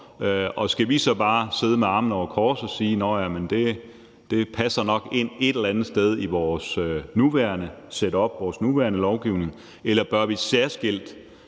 skal vi så bare sidde med armene over kors og sige, at det nok passer ind et eller andet sted i vores nuværende setup, vores nuværende